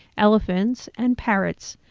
elephants and parrots,